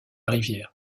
rivière